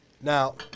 Now